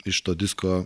iš to disko